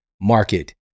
market